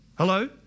Hello